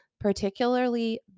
particularly